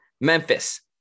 Memphis